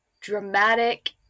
dramatic